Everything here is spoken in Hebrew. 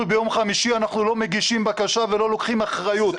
ביום חמישי אנחנו לא מגישים בקשה ולא לוקחים אחריות.